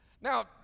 Now